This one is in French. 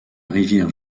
rivière